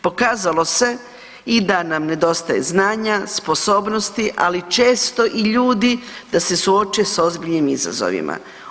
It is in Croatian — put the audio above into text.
Pokazalo se i da nam nedostaje znanja, sposobnosti, ali često i ljudi da se suoče sa ozbiljnim izazovima.